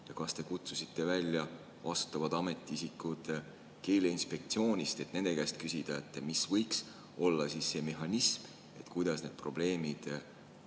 Kas te kutsusite välja vastavad ametiisikud keeleinspektsioonist, et nende käest küsida, mis võiks olla see mehhanism, kuidas need probleemid